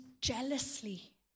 jealously